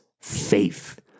faith